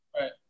Right